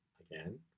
again